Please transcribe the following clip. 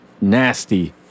nasty